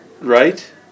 right